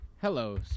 hello